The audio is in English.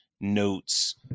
notes